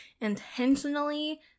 intentionally